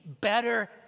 better